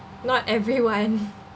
not everyone